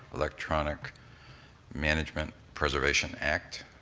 electronic management preservation act,